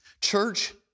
church